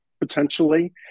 potentially